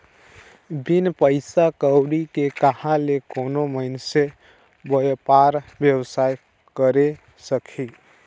बिन पइसा कउड़ी के कहां ले कोनो मइनसे बयपार बेवसाय करे सकही